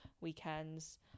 weekends